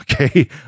okay